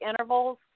intervals